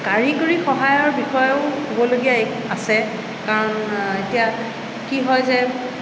কাৰিকৰী সহায়ৰ বিষয়েও ক'বলগীয়া আছে কাৰণ এতিয়া কি হয় যে